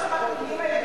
אין שום בעיה.